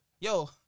Yo